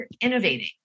innovating